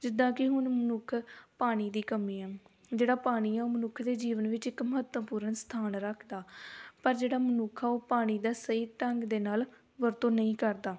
ਜਿੱਦਾਂ ਕਿ ਹੁਣ ਮਨੁੱਖ ਪਾਣੀ ਦੀ ਕਮੀ ਆ ਜਿਹੜਾ ਪਾਣੀ ਆ ਉਹ ਮਨੁੱਖ ਦੇ ਜੀਵਨ ਵਿੱਚ ਇੱਕ ਮਹੱਤਵਪੂਰਨ ਸਥਾਨ ਰੱਖਦਾ ਪਰ ਜਿਹੜਾ ਮਨੁੱਖ ਆ ਉਹ ਪਾਣੀ ਦਾ ਸਹੀ ਢੰਗ ਦੇ ਨਾਲ ਵਰਤੋਂ ਨਹੀਂ ਕਰਦਾ